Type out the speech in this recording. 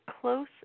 close